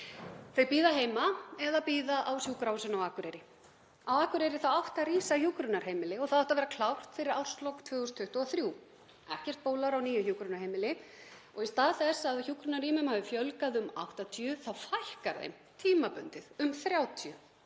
Þau bíða heima eða bíða á Sjúkrahúsinu á Akureyri. Á Akureyri átti að rísa hjúkrunarheimili og það átti að vera klárt fyrir árslok 2023. Ekkert bólar á nýju hjúkrunarheimili og í stað þess að hjúkrunarrýmum hafi fjölgað um 80 þá fækkar þeim tímabundið um 30.